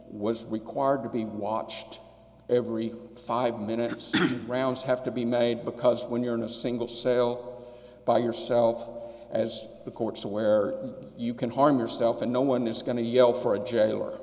was required to be watched every five minutes rounds have to be made because when you're in a single cell by yourself as the courts to where you can harm yourself and no one is going to yell for a jailer